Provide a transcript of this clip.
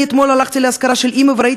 אני אתמול הלכתי לאזכרה של אימא וראיתי